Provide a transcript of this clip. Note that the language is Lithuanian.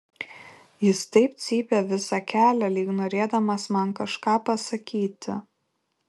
jis taip cypė visą kelią lyg norėdamas man kažką pasakyti